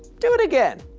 do it again.